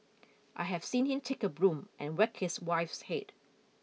I have seen him take a broom and whack his wife's head